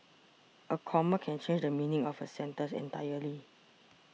a comma can change the meaning of a sentence entirely